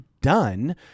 done